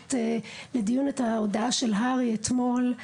להעלות לדיון את ההודעה של הר"י אתמול,